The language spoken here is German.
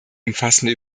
umfassende